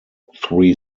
three